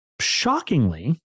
Shockingly